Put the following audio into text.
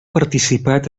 participat